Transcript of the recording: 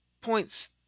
points